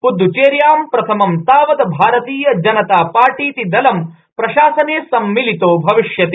प्दद्दचेर्या प्रथमं तावत भारतीय जनता पार्टीति दलं प्रशासने सम्मिलितो भविष्यति